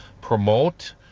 promote